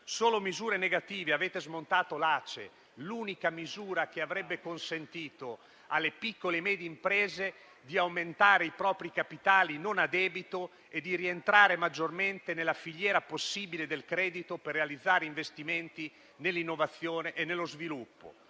l'Aiuto alla crescita economica (ACE), l'unica misura che avrebbe consentito alle piccole e medie imprese di aumentare i propri capitali non a debito e di rientrare maggiormente nella filiera possibile del credito per realizzare investimenti nell'innovazione e nello sviluppo.